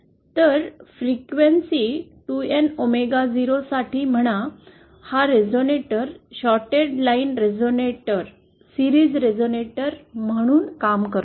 तर frequencies 2N omega 0 साठी म्हणा हा resonator shorted line resonator series resonator म्हणून काम करतो